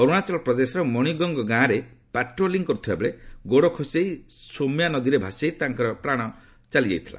ଅରୁଣାଚଳ ପ୍ରଦେଶର ମଣିଗଙ୍ଗ ଗାଁରେ ପାଟ୍ରୋଲିଂ କରୁଥିବାବେଳେ ଗୋଡ଼ ଖସିଯାଇ ସ୍ୟୋମ୍ ନଦୀରେ ଭାସିଯାଇ ପ୍ରାଣ ହରାଇଥିଲେ